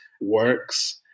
works